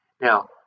Now